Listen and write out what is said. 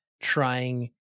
trying